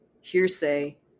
hearsay